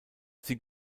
sie